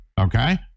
okay